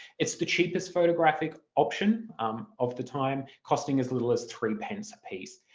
it's the cheapest photographic option of the time costing as little as three pence a piece.